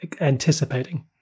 anticipating